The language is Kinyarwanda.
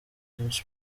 james